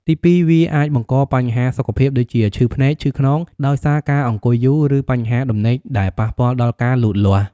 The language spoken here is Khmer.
ទីពីរ វាអាចបង្ក បញ្ហាសុខភាព ដូចជា ឈឺភ្នែក ឈឺខ្នង ដោយសារការអង្គុយយូរ ឬបញ្ហាដំណេកដែលប៉ះពាល់ដល់ការលូតលាស់។